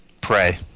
pray